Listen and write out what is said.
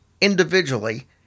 individually